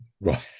Right